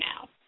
now